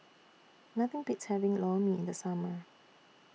Nothing Beats having Lor Mee in The Summer